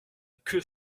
que